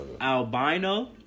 Albino